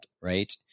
right